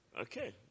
Okay